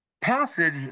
passage